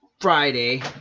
Friday